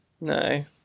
no